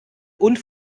und